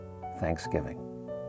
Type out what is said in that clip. thanksgiving